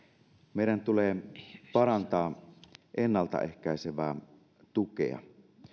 meidän tulee parantaa ennalta ehkäisevää tukea